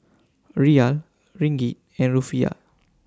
Riyal Ringgit and Rufiyaa